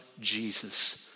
Jesus